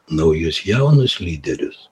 naujus jaunus lyderius